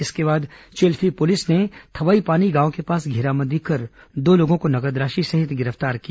इसके बाद चिल्फी पुलिस ने थवईपानी गांव के पास धेराबंदी कर दो लोगों को नगद राशि सहित गिरफ्तार किया